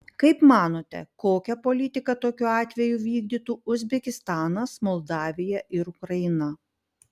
kaip manote kokią politiką tokiu atveju vykdytų uzbekistanas moldavija ir ukraina